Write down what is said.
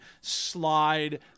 slide